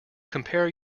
compare